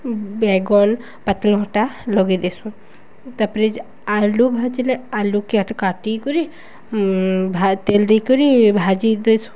ବେଗନ ପାତଲ ଘଣ୍ଟା ଲଗେଇ ଦେଇସୁଁ ତାପରେ ଯେ ଆଲୁ ଭାଜିଲେ ଆଲୁକେଟ କାଟିିକରି ତେଲ ଦେଇକରି ଭାଜି ଦେଇସୁଁ